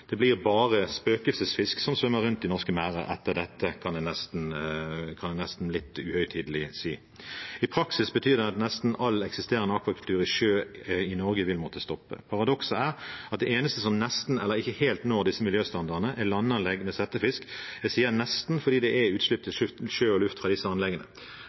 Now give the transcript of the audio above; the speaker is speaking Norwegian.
Det blir bare spøkelsesfisk som svømmer rundt i norske merder etter dette, kan jeg nesten litt uhøytidelig si. I praksis betyr det at nesten all eksisterende akvakultur i sjø i Norge vil måtte stoppe. Paradokset er at det eneste som nesten eller ikke helt når disse miljøstandardene, er landanlegg med settefisk – jeg sier nesten fordi det er utslipp til sjø og luft fra disse anleggene.